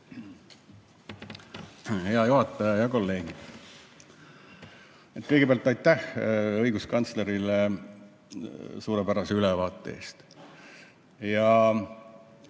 Hea juhataja ja kolleegid! Kõigepealt aitäh õiguskantslerile suurepärase ülevaate eest!